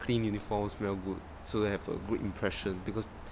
clean uniforms smell good so have a good impression because